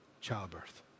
childbirth